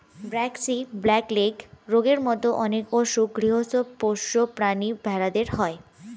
braxy, black leg রোগের মত অনেক অসুখ গৃহস্ত পোষ্য প্রাণী ভেড়াদের হয়